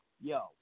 Yo